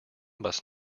must